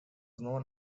known